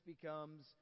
becomes